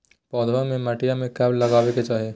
पौधवा के मटिया में कब लगाबे के चाही?